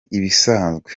ibisanzwe